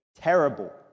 terrible